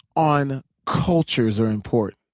on cultures are important.